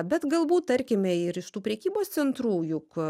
bet galbūt tarkime ir iš tų prekybos centrų juk